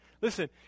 listen